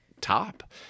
Top